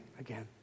again